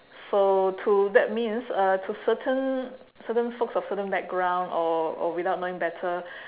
so to that means uh to certain certain folks of certain background or or without knowing better